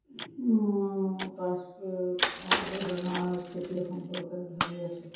মই মোৰ পাছপোৰ্ট আবেদনৰ স্থিতি সম্পৰ্কে ভাবি আছোঁ